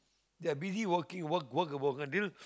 they're busy working work work work until